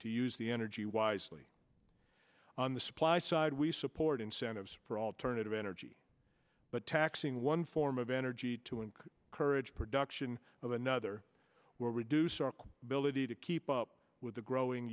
to use the energy wisely on the supply side we support incentives for alternative energy but taxing one form of energy to and courage production of another will reduce our ability to keep up with the growing